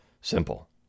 Simple